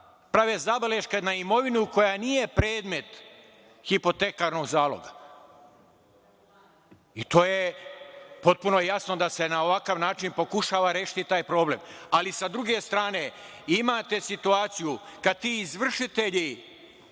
prave zabeleške na imovinu koja nije predmet hipotekarnog zaloga. I to je potpuno jasno da se na ovakav način pokušava rešiti taj problem. Ali, sa druge strane, imate situaciju kad ti izvršitelji